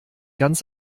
ganz